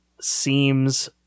seems